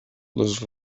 les